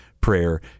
prayer